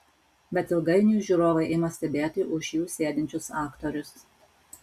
bet ilgainiui žiūrovai ima stebėti už jų sėdinčius aktorius